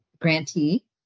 grantee